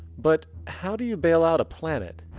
but how do you bailout a planet?